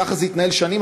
כך זה מתנהל שנים.